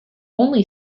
only